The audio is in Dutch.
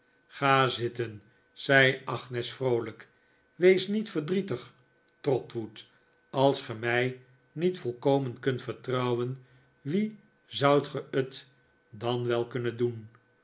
ga zitten zei agnes vroolijk wees niet verdrietig trotwood als ge mij niet volkomen kunt vertrouwen wien zoudt ge het dan wel kunnen doen